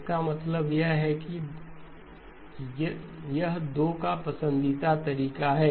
इसका मतलब है कि यह 2 का पसंदीदा तरीका है